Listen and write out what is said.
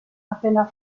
appena